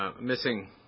Missing